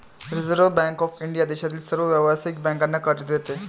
reserve bank of India देशातील सर्व व्यावसायिक बँकांना कर्ज देते